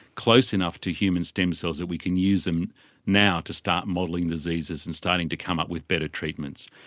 close enough to human stem cells that we can use them now to start modelling diseases and starting to come up with better treatments.